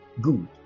Good